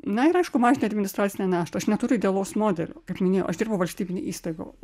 na ir aišku mažinti administracinę naštą aš neturiu idealaus modelio kaip minėjau aš dirbu valstybinėj įstaigoj